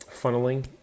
funneling